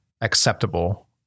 acceptable